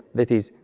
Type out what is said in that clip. that is,